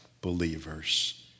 believers